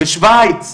ושוויץ.